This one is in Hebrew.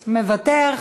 מוותר.